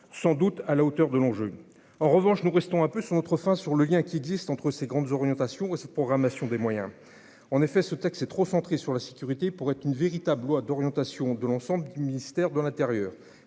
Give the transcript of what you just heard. sans doute à la hauteur de l'enjeu, en revanche, nous restons un peu sur notre faim sur le lien qui existe entre ses grandes orientations et sa programmation des moyens, en effet, ce texte c'est trop centrée sur la sécurité pour être une véritable loi d'orientation de l'ensemble du ministère de l'Intérieur,